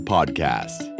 Podcast